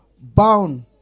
bound